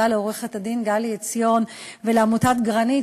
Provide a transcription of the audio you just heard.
לעורכת-הדין גלי עציון ולעמותת "גרנית",